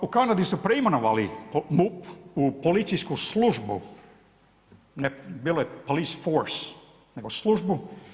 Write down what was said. U Kanadi su preimenovali MUP u policijsku službu, bilo je police force, nego službu.